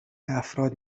افراد